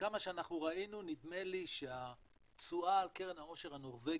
כמה שאנחנו ראינו נדמה לי שהתשואה על קרן העושר הנורבגית,